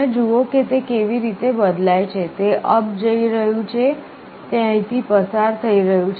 તમે જુઓ કે તે કેવી રીતે બદલાય છે તે અપ જઈ રહ્યું છે તે અહીંથી પસાર થઈ રહ્યું છે